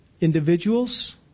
individuals